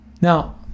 Now